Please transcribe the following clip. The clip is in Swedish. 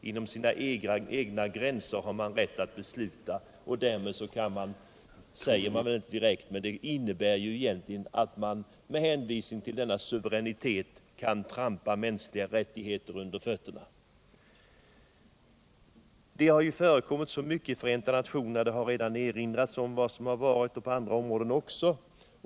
Inom sina egna gränser har man rätt att besluta, och därmed kan man — det sägs inte direkt, men det är ju innebörden — egentligen med hänvisning till denna suveränitet trampa mänskliga rättigheter under fötterna. Det har förekommit så mycket i Förenta nationerna. Här har redan erinrats om vad som förevarit på olika områden. BI.